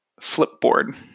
Flipboard